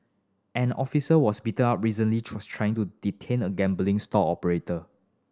an officer was beaten up recently tries trying to detain a gambling stall operator